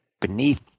beneath